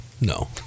No